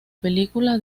película